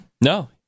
No